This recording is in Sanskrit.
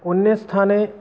अन्ये स्थाने